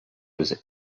does